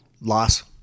Loss